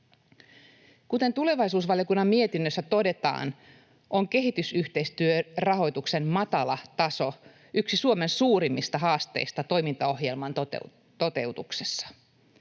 Kuten tulevaisuusvaliokunnan mietinnössä todetaan, on kehitysyhteistyörahoituksen matala taso yksi Suomen suurimmista haasteista toimintaohjelman toteutuksessa.